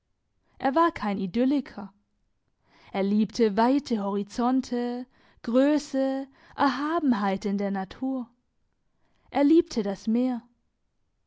er war kein idylliker er liebte weite horizonte grösse erhabenheit in der natur er liebte das meer